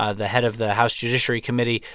ah the head of the house judiciary committee,